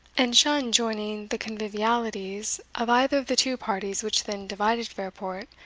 and shunned joining the convivialities of either of the two parties which then divided fairport,